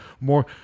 more